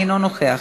אינו נוכח,